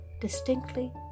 distinctly